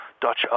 Dutch